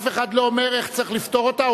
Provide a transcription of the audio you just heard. אף אחד לא אומר איך צריך לפתור אותה.